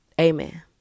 Amen